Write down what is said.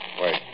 Wait